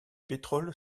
pétrole